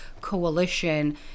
coalition